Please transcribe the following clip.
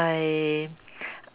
I